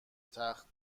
تخت